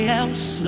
else